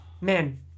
Man